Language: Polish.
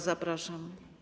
Zapraszam.